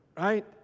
right